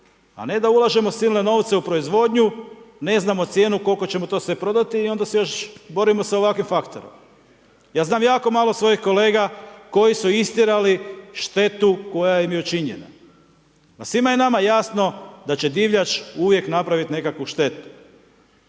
a ne da ulažemo silne novce u proizvodnju, ne znamo cijenu koliko ćemo to sve prodati i onda se još borimo sa ovakvim faktorom. Ja znam jako malo svojih kolega koji su istjerali štetu koja im je učinjenima. Pa svima je nama jasno da će divljač uvijek napraviti nekakvu štetu.